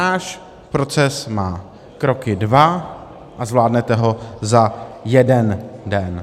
Náš proces má kroky dva a zvládnete ho za jeden den.